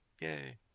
yay